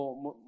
mo